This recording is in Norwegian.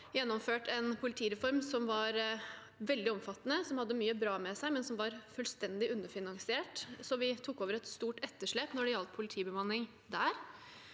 Man gjennomførte en politireform som var veldig omfattende. Den hadde veldig mye bra ved seg, men den var fullstendig underfinansiert, så vi tok over et stort etterslep når det gjaldt politibemanning der.